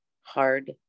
hard